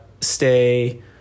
stay